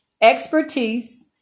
expertise